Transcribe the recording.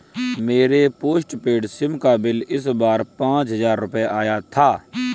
मेरे postpaid sim का bill इस बार पाँच हजार रुपए आया था